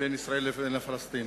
בין ישראל לבין הפלסטינים.